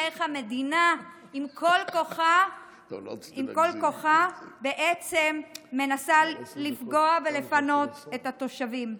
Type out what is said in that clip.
ואיך המדינה בכל כוחה בעצם מנסה לפגוע ולפנות את התושבים.